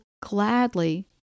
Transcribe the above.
gladly